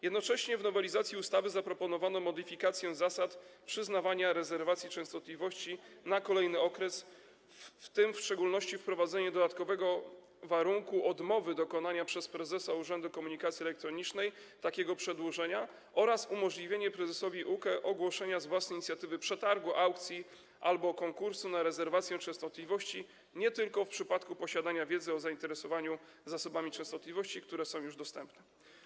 Jednocześnie w nowelizacji ustawy zaproponowano modyfikację zasad przyznawania rezerwacji częstotliwości na kolejny okres, w tym w szczególności wprowadzenie dodatkowego warunku odmowy dokonania przez prezesa Urzędu Komunikacji Elektronicznej takiego przedłużenia oraz umożliwienie prezesowi UKE ogłoszenia z własnej inicjatywy przetargu, aukcji albo konkursu na rezerwację częstotliwości nie tylko w przypadku posiadania wiedzy o zainteresowaniu zasobami częstotliwości, które są już dostępne.